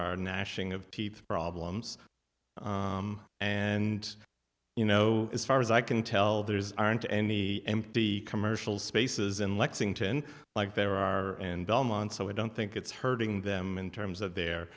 teeth problems and you know as far as i can tell there's aren't any empty commercial spaces in lexington like there are in belmont so i don't think it's hurting them in terms of their